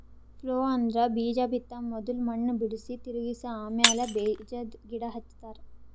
plough ಅಂದ್ರ ಬೀಜಾ ಬಿತ್ತ ಮೊದುಲ್ ಮಣ್ಣ್ ಬಿಡುಸಿ, ತಿರುಗಿಸ ಆಮ್ಯಾಲ ಬೀಜಾದ್ ಗಿಡ ಹಚ್ತಾರ